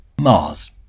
Mars